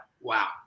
wow